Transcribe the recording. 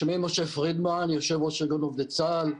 שמי משה פרידמן, יושב-ראש ארגון עובדי צה"ל,